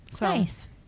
Nice